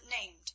named